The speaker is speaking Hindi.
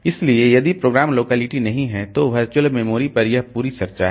इसलिए यदि प्रोग्राम लोकेलिटी नहीं है तो वर्चुअल मेमोरी पर यह पूरी चर्चा है